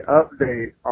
update